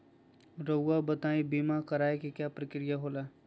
रहुआ बताइं बीमा कराए के क्या प्रक्रिया होला?